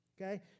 Okay